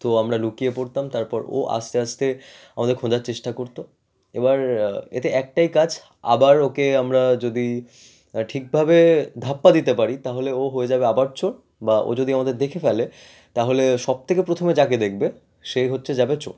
তো আমরা লুকিয়ে পড়তাম তারপর ও আস্তে আস্তে আমাদের খোঁজার চেষ্টা করতো এবার এতে একটাই কাজ আবার ওকে আমরা যদি ঠিকভাবে ধাপ্পা দিতে পারি তাহলে ও হয়ে যাবে আবার চোর বা ও যদি আমাদের দেখে ফেলে তাহলে সবথেকে প্রথমে যাকে দেখবে সেই হচ্ছে যাবে চোর